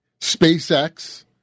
SpaceX